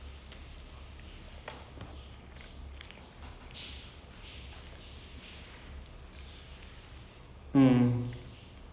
he edits the video in a way that err says that the girl is the one who found out about the medicine and she's she's the one who owns the rights to it